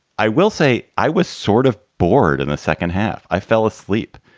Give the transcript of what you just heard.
i will say i was sort of bored in the second half. i fell asleep.